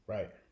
Right